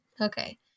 Okay